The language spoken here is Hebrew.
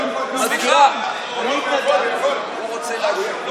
בבקשה, חבר הכנסת יבגני סובה.